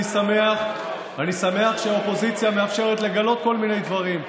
אני שמח שהאופוזיציה מאפשרת לגלות כל מיני דברים,